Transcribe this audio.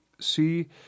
See